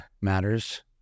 matters